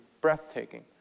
breathtaking